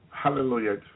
Hallelujah